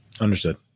Understood